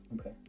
Okay